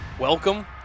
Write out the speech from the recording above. Welcome